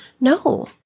no